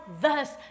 thus